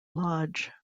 lodge